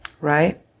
right